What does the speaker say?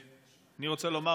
אני רוצה לומר,